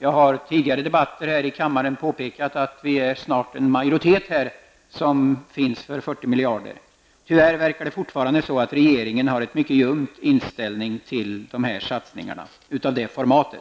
Jag har i tidigare debatter här i kammaren påpekat att det snart finns en majoritet för 40 miljarder kronor. Tyvärr verkar det fortfarande vara så, att regeringen har en mycket ljum inställning till satsningar av detta format.